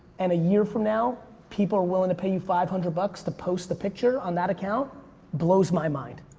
and a year from now, people are willing to pay you five hundred dollars but to post a picture on that account blows my mind,